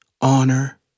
honor